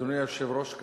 אדוני היושב-ראש,